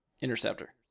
Interceptor